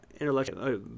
Intellectual